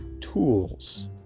tools